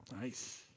Nice